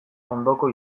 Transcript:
ondoko